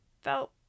felt